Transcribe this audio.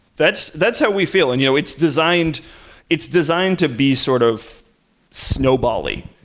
that's that's how we feel, and you know it's designed it's designed to be sort of snowbally,